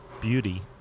beauty